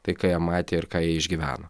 tai ką jie matė ir ką jie išgyveno